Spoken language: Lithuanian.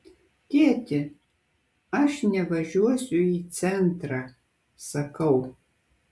tėti aš nevažiuosiu į centrą sakau